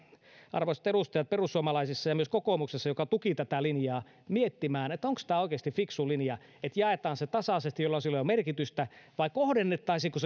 arvoisat edustajat perusuomalaisissa ja myös kokoomuksessa joka tuki tätä linjaa miettimään onko tämä oikeasti fiksu linja että jaetaan se raha tasaisesti jolloin sillä ei ole merkitystä vai kohdennettaisiinko